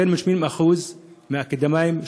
יותר מ-70% מהאקדמאים,